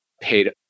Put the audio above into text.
paid